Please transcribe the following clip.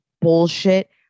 bullshit